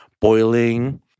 boiling